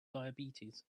diabetes